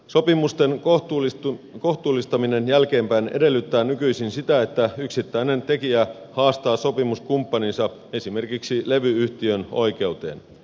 sopimusten kohtuullistaminen jälkeenpäin edellyttää nykyisin sitä että yksittäinen tekijä haastaa sopimuskumppaninsa esimerkiksi levy yhtiön oikeuteen